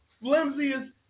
flimsiest